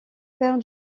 père